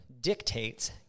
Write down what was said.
dictates